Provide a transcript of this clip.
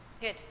Good